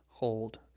hold